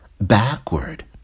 backward